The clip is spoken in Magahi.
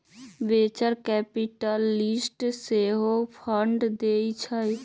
वेंचर कैपिटलिस्ट सेहो फंड देइ छइ